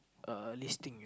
a listing ya